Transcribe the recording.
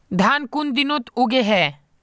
धान कुन दिनोत उगैहे